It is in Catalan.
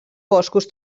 boscos